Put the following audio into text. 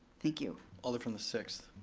thank you. alder from the sixth.